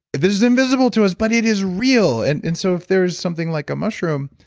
this is invisible to us, but it is real. and and so if there's something like a mushroom